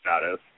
status